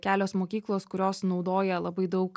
kelios mokyklos kurios naudoja labai daug